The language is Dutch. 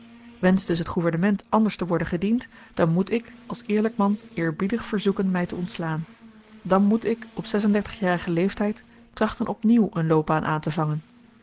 wenscht dus het gouvernement anders te worden gediend dan moet ik als eerlyk man eerbiedig verzoeken my te ontslaan dan moet ik op zes en dertigjarigen leeftyd trachten op nieuw een loopbaan aantevangen dan moet